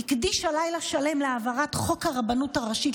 הקדישה לילה שלם להעברת חוק הרבנות הראשית,